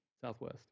Southwest